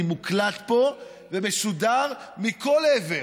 אני מוקלט פה ומשודר מכל עבר,